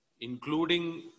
including